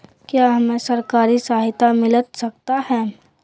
क्या हमे सरकारी सहायता मिलता सकता है?